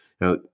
Now